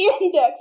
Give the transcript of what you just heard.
index